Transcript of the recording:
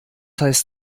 heißt